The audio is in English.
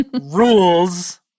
rules